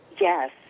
Yes